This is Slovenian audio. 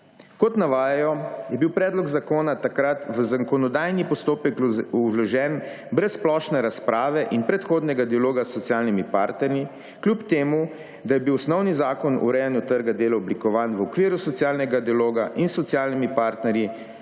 Kot navajajo, je bil predlog zakona takrat v zakonodajni postopek vložen brez splošne razprave in predhodnega dialoga s socialnimi partnerji, kljub temu da je bil osnovni zakon o urejanju trga dela oblikovan v okviru socialnega dialoga in s socialnimi partnerji